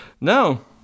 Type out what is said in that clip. No